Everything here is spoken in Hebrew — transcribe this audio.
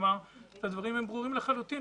הדברים הם ברורים לחלוטין.